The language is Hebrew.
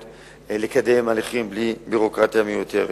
לקדם הליכים בלי ביורוקרטיה מיותרת.